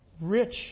rich